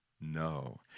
No